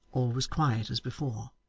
all was quiet as before.